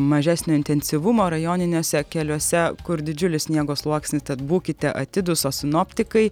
mažesnio intensyvumo rajoniniuose keliuose kur didžiulis sniego sluoksnis tad būkite atidūs o sinoptikai